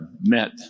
met